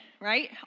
right